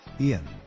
Ian